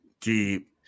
Deep